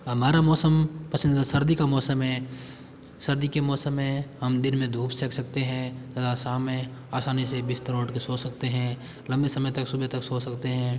हमारा मौसम पसंदीदा सर्दी का मौसम है सर्दी के मौसम में हम दिन में धुप सेक सकते हैं तथा शाम में आसानी से बिस्तर ओढ़ के सो सकते हैं लंबे समय तक सुबह तक सो सकते हैं